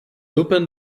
opened